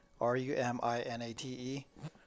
r-u-m-i-n-a-t-e